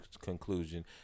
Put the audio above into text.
conclusion